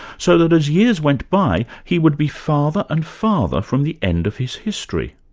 so that, as years went by, he would be farther and farther from the end of his history.